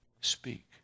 speak